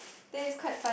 then it's quite fun